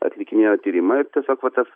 atlikinėjo tyrimą ir tiesiog va tas